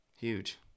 Huge